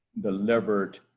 delivered